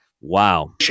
Wow